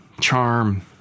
charm